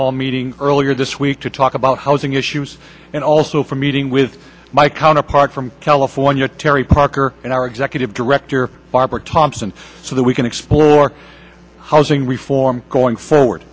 hall meeting earlier this week to talk about housing issues and also for meeting with my counterpart from california terry parker and our executive director barbara thompson so that we can housing reform going forward